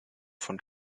von